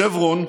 שברון,